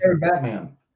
Batman